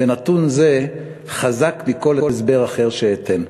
ונתון זה חזק מכל הסבר אחר שאתן.